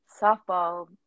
softball